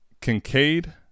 Kincaid